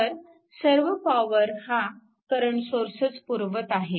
तर सर्व पॉवर हा करंट सोर्सच पुरवत आहे